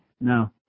No